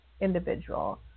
individual